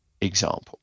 example